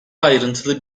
ayrıntılı